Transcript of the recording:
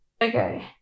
Okay